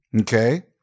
Okay